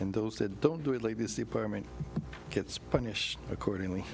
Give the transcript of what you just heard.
and those that don't do it leave this department gets punished accordingly